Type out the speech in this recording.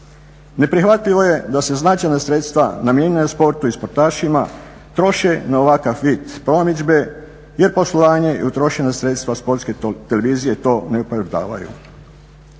Neprihvatljivo je da se značajna sredstva namijenjena sportu i sportašima troše na ovakav vid promidžbe jer poslovanje i utrošena sredstva Sportske televizije to ne opravdavaju.